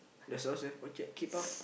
does yours have orchard keep out